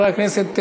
חבר הכנסת,